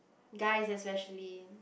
guy especially